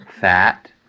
fat